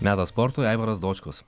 metas sportui aivaras dočkus